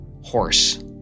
Horse